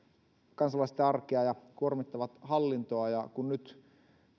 kansalaisten arkea ja kuormittavat hallintoa ja kun nyt